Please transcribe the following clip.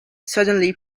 suddenly